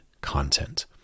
content